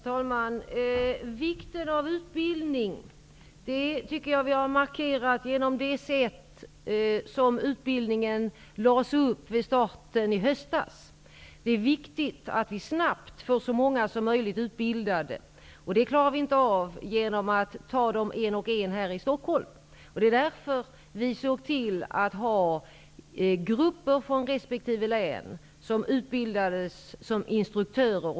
Herr talman! Jag tycker att vi har markerat vikten av utbildning genom det sätt som utbildningen lades upp på vid starten i höstas. Det är viktigt att vi snabbt får så många som möjligt utbildade. Det klarar vi inte av genom att ta dem en och en här i Stockholm. Det var därför vi såg till att ha grupper från resp. län som utbildades som instruktörer.